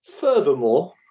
Furthermore